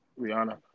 Rihanna